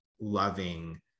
loving